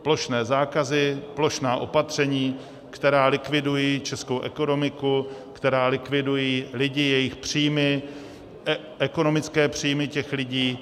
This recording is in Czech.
Plošné zákazy, plošná opatření, která likvidují českou ekonomiku, která likvidují lidi, jejich příjmy, ekonomické příjmy těch lidí.